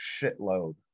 shitload